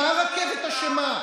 באמת, מה הרכבת אשמה?